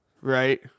Right